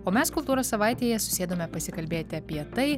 o mes kultūros savaitėje susėdome pasikalbėti apie tai